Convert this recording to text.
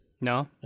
No